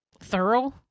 thorough